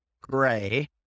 gray